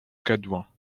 cadouin